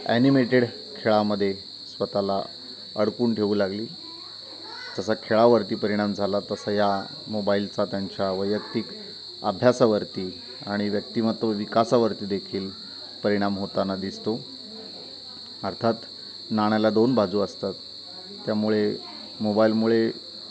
animated खेळामध्ये स्वतःला अडकून ठेवू लागली जसा खेळावरती परिणाम झाला तसं या मोबाईलचा त्यांच्या वैयक्तिक अभ्यासावरती आणि व्यक्तिमत्व विकासावरती देखील परिणाम होताना दिसतो अर्थात नाण्याला दोन बाजू असतात त्यामुळे मोबाईलमुळे